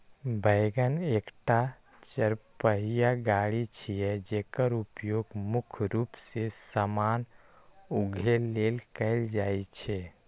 wagon एकटा चरपहिया गाड़ी छियै, जेकर उपयोग मुख्य रूप मे सामान उघै लेल कैल जाइ छै